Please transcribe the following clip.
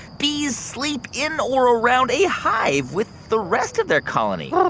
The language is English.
bees sleep in or around a hive with the rest of their colony ahem.